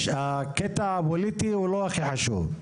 הקטע הפוליטי הוא לא הכי חשוב.